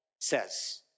says